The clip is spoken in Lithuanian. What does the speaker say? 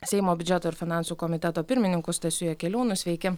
seimo biudžeto ir finansų komiteto pirmininku stasiu jakeliūnu sveiki